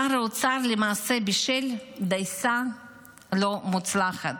שר האוצר למעשה בישל דייסה לא מוצלחת: